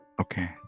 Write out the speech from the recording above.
Okay